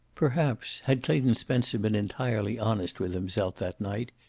perhaps, had clayton spencer been entirely honest with himself that night,